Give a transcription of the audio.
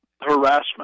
harassment